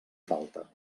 falta